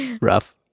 Rough